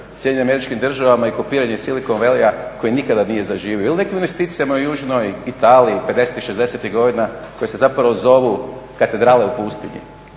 i posjete Hruščova SAD-u i kopiranje Silicon Valleya koji nikada nije zaživio ili o nekim investicijama u južnoj Italiji '50-ih, '60-ih godina koje se zapravo zovu katedrale u pustinji.